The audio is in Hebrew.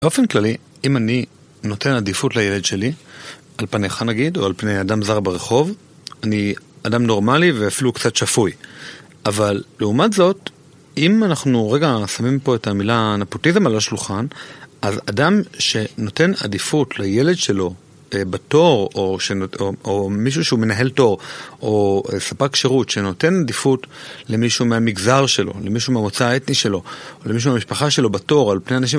באופן כללי, אם אני נותן עדיפות לילד שלי, על פניך נגיד, או על פני אדם זר ברחוב, אני אדם נורמלי ואפילו קצת שפוי. אבל לעומת זאת, אם אנחנו רגע שמים פה את המילה נפוטיזם על השולחן, אז אדם שנותן עדיפות לילד שלו בתור, או מישהו שהוא מנהל תור, או ספק שירות, שנותן עדיפות למישהו מהמגזר שלו, למישהו מהמוצא האתני שלו, או למישהו המשפחה שלו בתור, על פני אנשים.